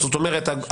זאת אומרת,